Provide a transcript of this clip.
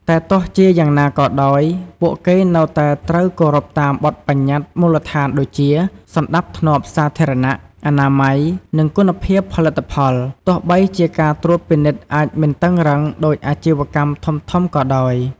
តែទោះជាយ៉ាងណាក៏ដោយ ពួកគេនៅតែត្រូវគោរពតាមបទប្បញ្ញត្តិមូលដ្ឋានដូចជា សណ្តាប់ធ្នាប់សាធារណៈ អនាម័យ និងគុណភាពផលិតផល ទោះបីជាការត្រួតពិនិត្យអាចមិនតឹងរ៉ឹងដូចអាជីវកម្មធំៗក៏ដោយ។